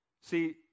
See